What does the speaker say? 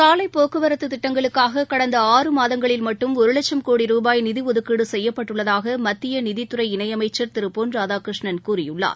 சாலைப்போக்குவரத்ததிட்டங்களுக்காககடந்த ஆறு மாதங்களில் மட்டும் ஒருலட்சம் கோடி ருபாய் நிதிஒதுக்கீடுசெய்யப்பட்டுள்ளதாகமத்தியநிதித்துறை இணைச்சர் திருபொன் ராதாகிருஷ்ணன் கூறியுள்ளார்